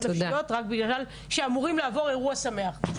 נפשיות בזמן שאמורים לעבור אירוע שמח.